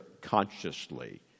consciously